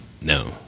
No